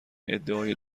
ادعای